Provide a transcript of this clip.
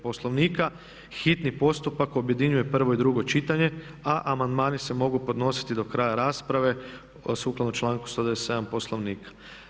Poslovnika hitni postupak objedinjuje prvo i drugo čitanje a amandmani se mogu podnositi do kraja rasprave sukladno članku … Poslovnika.